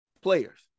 players